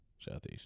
Southeast